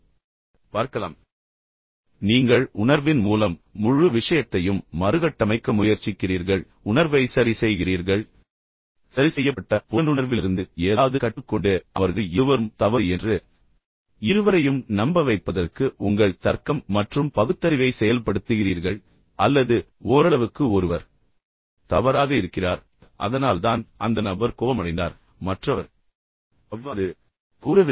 இப்போது நீங்கள் உணர்வின் மூலம் முழு விஷயத்தையும் மறுகட்டமைக்க முயற்சிக்கிறீர்கள் பின்னர் உணர்வை சரி செய்கிறீர்கள் மற்றும் பின்னர் சரிசெய்யப்பட்ட புலனுணர்விலிருந்து ஏதாவது கற்றுக் கொண்டு பின்னர் அவர்கள் இருவரும் தவறு என்று இருவரையும் நம்ப வைப்பதற்கு உங்கள் தர்க்கம் மற்றும் பகுத்தறிவை செயல்படுத்துகிறீர்கள் அல்லது ஓரளவுக்கு ஒருவர் தவறாக இருக்கிறார் அதனால்தான் அந்த நபர் கோபமடைந்தார் ஆனால் மற்றவர் அவ்வாறு கூறவில்லை